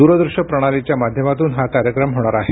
दूरदृश्य प्रणालीच्या माध्यमातून हा कार्यक्रम होणार आहे